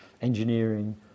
engineering